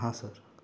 हां सर